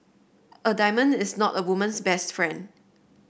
a diamond is not a woman's best friend